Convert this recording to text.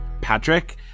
Patrick